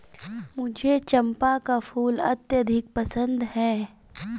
मुझे चंपा का फूल अत्यधिक पसंद है